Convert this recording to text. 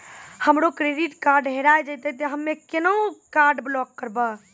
हमरो credit card हेरा जेतै ते हम्मय केना कार्ड ब्लॉक करबै?